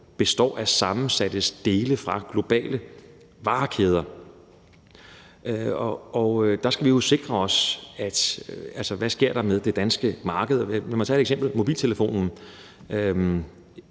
består af sammensatte dele fra globale varekæder, og der skal vi jo sikre os, i forhold til hvad der så sker med det danske marked. Lad mig tage et eksempel: mobiltelefonen.